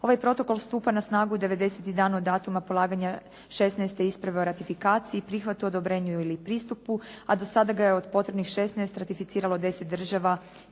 Ovaj protokol stupa na snagu 90. dan od datuma polaganja 16. isprave o ratifikaciji, prihvatu, odobrenju ili pristupu a do sada ga je od potrebnih 16 ratificiralo 10 država